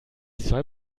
soll